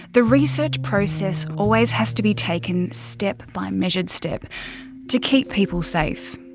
the research process always has to be taken step by measured step to keep people safe.